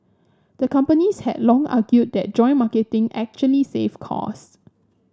the companies had long argued that joint marketing actually saved cost